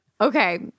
Okay